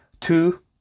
two